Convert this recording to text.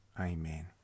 Amen